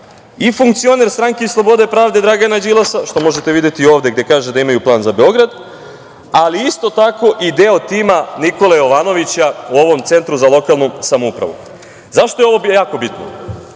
i funkcioner Stranke slobode i pravde Dragana Đilasa, što možete videti ovde gde kaže da imaju plan za Beograd, ali je isto tako i deo tima Nikole Jovanovića, u ovom Centru za lokalnu samoupravu.Zašto je ovo jako bitno?